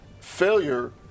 failure